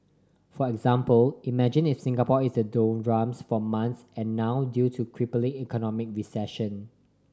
for example imagine if Singapore is a doldrums for months and now due to crippling economic recession